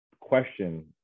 question